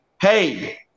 hey